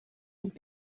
would